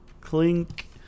Clink